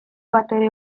batere